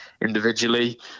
individually